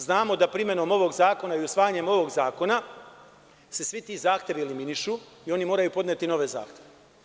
Znamo da primenom ovog zakona i usvajanjem ovog zakona se svi ti zahtevi eliminišu i oni moraju podneti nove zakone.